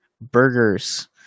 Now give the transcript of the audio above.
burgers